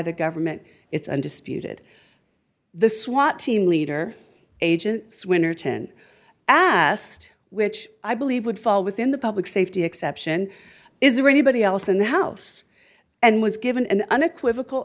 the government it's undisputed the swat team leader agent swinnerton asked which i believe would fall within the public safety exception is there anybody else in the house and was given an unequivocal